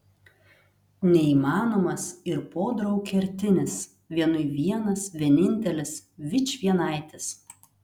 neįmanomas ir podraug kertinis vienui vienas vienintelis vičvienaitis